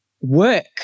work